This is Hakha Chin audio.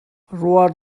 rua